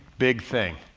big thing.